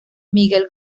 miguel